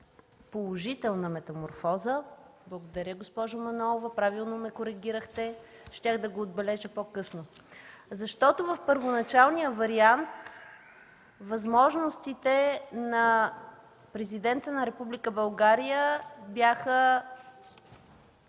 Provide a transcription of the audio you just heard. Положителна метаморфоза! Благодаря, госпожо Манолова. Правилно ме коригирахте, щях да го отбележа по-късно. В първоначалния вариант възможностите на Президента на Република България бяха